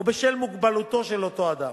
או בשל מוגבלותו של אותו אדם.